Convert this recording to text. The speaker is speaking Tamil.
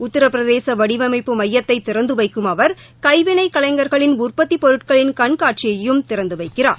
உத்திரபிரதேச வடிவமைப்பு மையத்தை திறந்து வைக்கும் அவர் கைவினைக் கலைஞர்களின் உற்பத்தி பொருட்களின் கண்காட்சியையும் திறந்து வைக்கிறார்